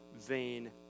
vain